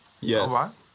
yes